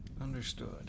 Understood